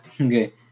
Okay